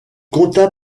compta